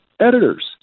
editors